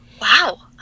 wow